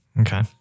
Okay